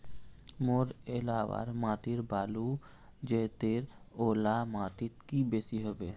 मोर एलाकार माटी बालू जतेर ओ ला माटित की बेसी हबे?